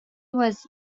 was